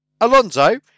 Alonso